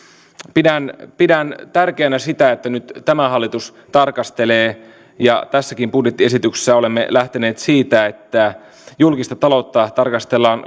pidän pidän tärkeänä sitä että nyt tämä hallitus tarkastelee ja tässäkin budjettiesityksessä olemme lähteneet siitä että tarkastellaan julkista taloutta